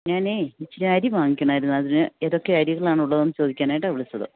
ഞാന് ഇത്തിരി അരി വാങ്ങിക്കണമായിരുന്നു അതിന് ഏതൊക്കെ അരികളാണുള്ളതെന്ന് ചോദിക്കാനായിട്ടാണ് വിളിച്ചത്